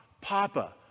Papa